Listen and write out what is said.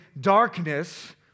darkness